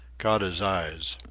caught his eyes.